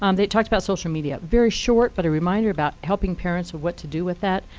um they talked about social media. very short, but a reminder about helping parents of what to do with that.